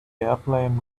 airplane